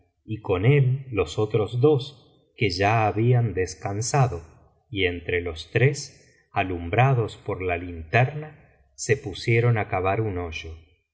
y con él los otros dos que ya habían descansado y entre los tres alumbrados por la linterna se pusieron á cavar un hoyo